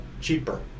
cheaper